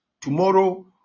Tomorrow